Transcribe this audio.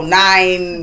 nine